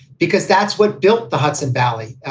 because that's what built the hudson valley.